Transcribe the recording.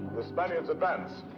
the spaniards advance.